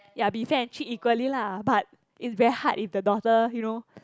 ya be fair and treat equally lah but it's very hard if the daughter you know